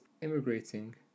immigrating